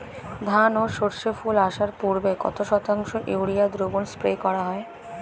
ধান ও সর্ষে ফুল আসার পূর্বে কত শতাংশ ইউরিয়া দ্রবণ স্প্রে করা হয়?